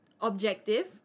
objective